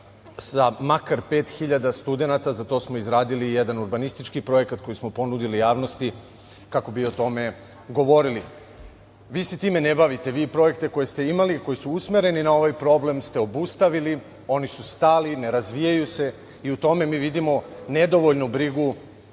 hiljada studenata. Za to smo izradili jedan urbanistički projekat koji smo ponudili javnosti, kako bi o tome govorili. Vi se time ne bavite. Vi projekte koje ste imali, a koji su usmereni na ovaj problem, ste obustavili, oni su stali, ne razvijaju se. U tome mi vidimo nedovoljnu brigu,